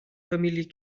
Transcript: familie